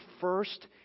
first